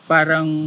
Parang